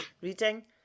reading